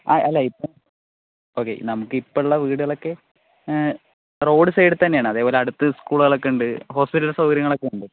ആ അല്ല ഇപ്പോൾ ഓക്കേ നമുക്ക് ഇപ്പോൾ ഉള്ള വീടുകളൊക്കെ റോഡ് സൈഡ് തന്നെയാണ് അതായത് അടുത്ത് സ്കൂളുകളൊക്കെ ഉണ്ട് ഹോസ്പിറ്റൽ സൗകര്യങ്ങളൊക്കെ ഉണ്ട്